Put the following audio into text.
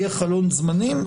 יהיה חלון זמנים.